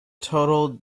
total